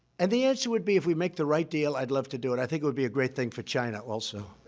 and the answer would be, if we make the right deal, i'd love to do it. i think it would be a great thing for china, also.